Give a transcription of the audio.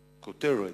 הכותרת,